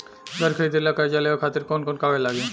घर खरीदे ला कर्जा लेवे खातिर कौन कौन कागज लागी?